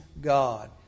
God